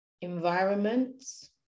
environments